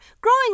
growing